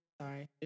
Sorry